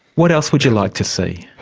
what else would you like to see?